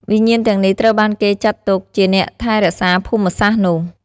វិញ្ញាណទាំងនេះត្រូវបានគេចាត់ទុកជាអ្នកថែរក្សាភូមិសាស្ត្រនោះ។